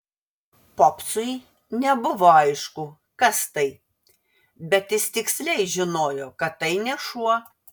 popsui nebuvo aišku kas tai bet jis tiksliai žinojo kad tai ne šuo